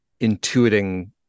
intuiting